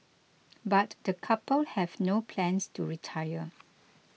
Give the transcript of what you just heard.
but the couple have no plans to retire